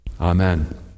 Amen